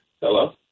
Hello